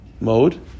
mode